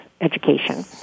education